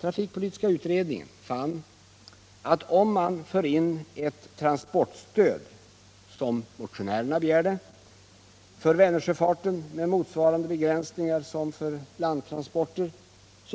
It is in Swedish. Trafikpolitiska utredningen fann att ett transportstöd för Vänersjöfarten som motionärerna begärde med motsvarande begränsningar som för landtransporter